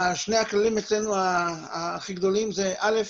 שני הכללים אצלנו הכי גדולים זה א.